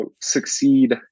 succeed